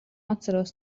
atceros